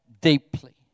deeply